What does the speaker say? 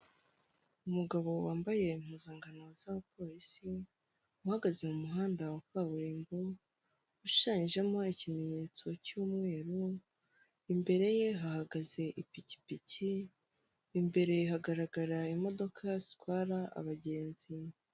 Umugabo wambaye impuzankano z'abapolisi, uhagaze mu muhanda wa kaburimbo, ushushanyijemo ikimenyetso cy'umweru, imbere ye hahagaze ipikipiki, imbere hagaragara imodoka zitwara abagenzi.